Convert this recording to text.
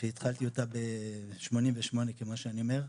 שהתחלתי אותה ב-1988 כמו שאני אומר.